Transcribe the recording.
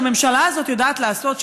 מה שהממשלה הזאת יודעת לעשות,